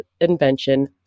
invention